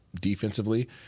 defensively